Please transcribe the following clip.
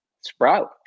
sprout